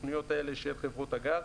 הסוכנויות האלה של חברות הגז.